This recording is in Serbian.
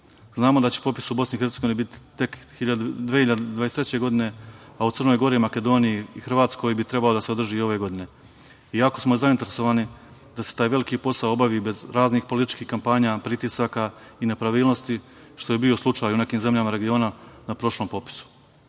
Znamo da će popis u BiH biti tek 2023. godine, a u Crnoj Gori, Makedoniji i Hrvatskoj bi trebalo da se održi ove godine. Jako smo zainteresovani da se taj veliki posao obavi bez raznih političkih kampanja, pritisaka i nepravilnosti, što je bio slučaj u nekim zemljama regiona na prošlom popisu. Jedan